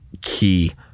key